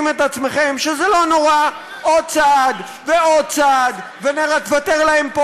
מטיבט וסין, ועד דרום סודאן,